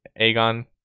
Aegon